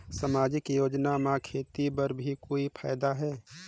समाजिक योजना म खेती बर भी कोई फायदा है?